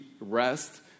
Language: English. rest